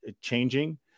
changing